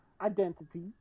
identity